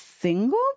single